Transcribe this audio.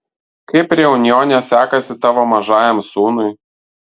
kaip reunjone sekasi tavo mažajam sūnui